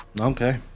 Okay